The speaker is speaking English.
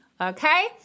okay